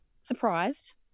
surprised